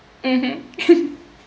mmhmm